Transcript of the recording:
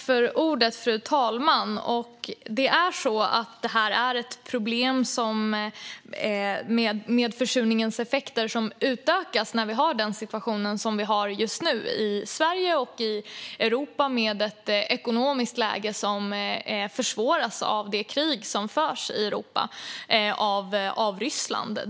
Fru talman! Problemet med försurningens effekter utökas med den situation vi har just nu i Sverige och i Europa, med ett ekonomiskt läge som försvåras av det krig som Ryssland för i Europa.